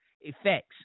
effects